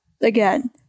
again